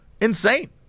insane